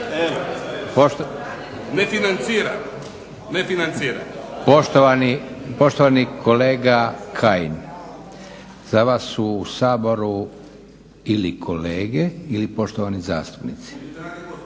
**Leko, Josip (SDP)** Poštovani kolega Kajin, za vas su u Saboru ili kolega ili poštovani zastupnici,